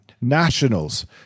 nationals